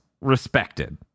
respected